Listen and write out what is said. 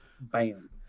Bam